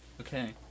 Okay